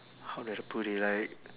how do I put it like